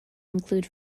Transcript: include